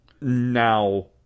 Now